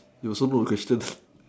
you also put questions